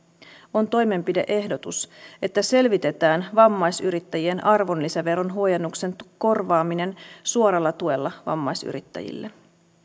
on toimenpide ehdotus että selvitetään vammaisyrittäjien arvonlisäveron huojennuksen korvaaminen suoralla tuella vammaisyrittäjille